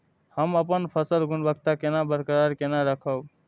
हम अपन फसल गुणवत्ता केना बरकरार केना राखब?